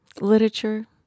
literature